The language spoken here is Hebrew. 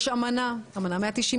יש אמנה 190,